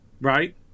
Right